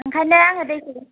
ओंखायनो आङो दैखौ